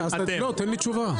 תן לי תשובה.